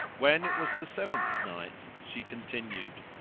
when it was the seventh night, she continued,